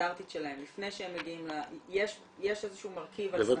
הסטנדרטית שלהם, יש איזה שהוא מרכיב על סמים?